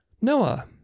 Noah